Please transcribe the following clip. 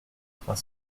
trois